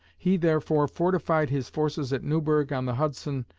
he, therefore, fortified his forces at newburgh on the hudson,